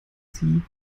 sie